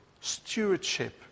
stewardship